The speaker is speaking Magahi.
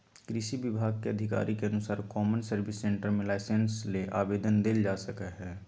कृषि विभाग के अधिकारी के अनुसार कौमन सर्विस सेंटर मे लाइसेंस ले आवेदन देल जा सकई हई